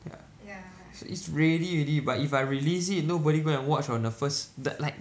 ya s~ so it's ready already but if I release it nobody go and watch on the first that like